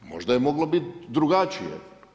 Možda je moglo biti drugačije.